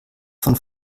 von